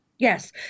Yes